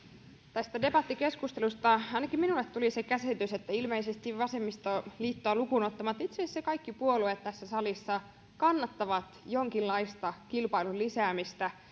tästä debattikeskustelusta ainakin minulle tuli se käsitys että ilmeisesti vasemmistoliittoa lukuun ottamatta itse asiassa kaikki puolueet tässä salissa kannattavat jonkinlaista kilpailun lisäämistä